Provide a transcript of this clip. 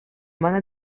mana